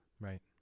Right